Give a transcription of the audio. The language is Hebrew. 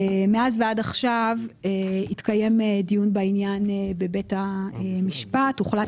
מאז ועד עכשיו התקיים דיון בעניין בבית המשפט והוחלט